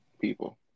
people